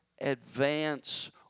advance